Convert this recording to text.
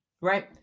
right